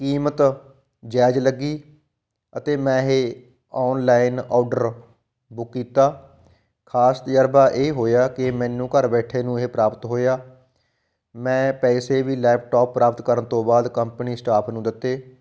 ਕੀਮਤ ਜਾਇਜ਼ ਲੱਗੀ ਅਤੇ ਮੈਂ ਇਹ ਔਨਲਾਈਨ ਔਡਰ ਬੁੱਕ ਕੀਤਾ ਖਾਸ ਤਜ਼ਰਬਾ ਇਹ ਹੋਇਆ ਕਿ ਮੈਨੂੰ ਘਰ ਬੈਠੇ ਨੂੰ ਇਹ ਪ੍ਰਾਪਤ ਹੋਇਆ ਮੈਂ ਪੈਸੇ ਵੀ ਲੈਪਟੋਪ ਪ੍ਰਾਪਤ ਕਰਨ ਤੋਂ ਬਾਅਦ ਕੰਪਨੀ ਸਟਾਫ ਨੂੰ ਦਿੱਤੇ